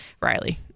Riley